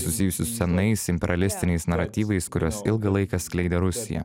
susijusi su senais imprelialistiniais naratyvais kuriuos ilgą laiką skleidė rusija